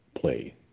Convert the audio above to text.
play